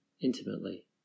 intimately